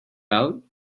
out